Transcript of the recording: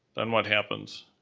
then what happens?